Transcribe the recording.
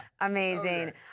amazing